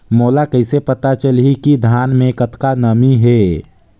मोला कइसे पता चलही की धान मे कतका नमी हे?